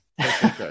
okay